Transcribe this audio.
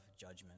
judgment